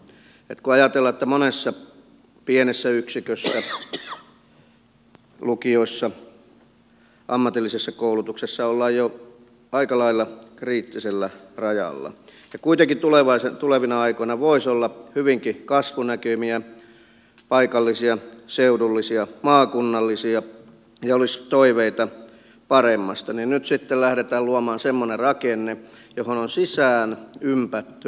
kun ajatellaan että monessa pienessä yksikössä lukiossa ammatillisessa koulutuksessa ollaan jo aika lailla kriittisellä rajalla ja kuitenkin tulevina aikoina voisi olla hyvinkin kasvunäkymiä paikallisia seudullisia maakunnallisia ja olisi toiveita paremmasta niin nyt sitten lähdetään luomaan semmoinen rakenne johon on sisään ympättynä keskittämismekanismi